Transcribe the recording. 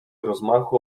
rozmachu